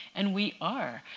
and we are.